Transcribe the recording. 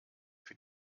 für